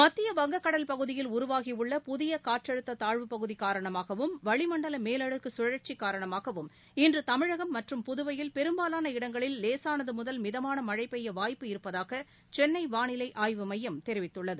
மத்திய வங்கக்கடல் பகுதிகளில் உருவாகியுள்ள புதிய காற்றழுத்த தாழ்வு பகுதி காரணமாகவும் வளி மண்டல மேலடுக்கு சுழற்சி காரணமாகவும் இன்று தமிழகம் மற்றும் புதுவையில் பெரும்பாலான இடங்களில் லேசானது முதல் மிதமாள மழை பெய்ய வாய்ப்பு இருப்பதாக சென்னை வாளிலை ஆய்வு மையம் தெரிவித்துள்ளது